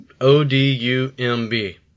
O-D-U-M-B